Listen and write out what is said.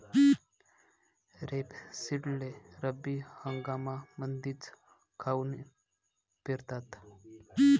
रेपसीडले रब्बी हंगामामंदीच काऊन पेरतात?